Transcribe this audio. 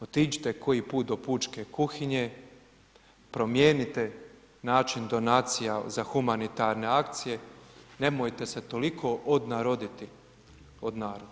Otiđite koji put do pučke kuhinje, promijenite način donacija za humanitarne akcije, nemojte se toliko odnaroditi od naroda.